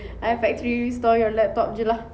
I factory restore your laptop jer lah